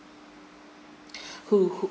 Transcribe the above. who who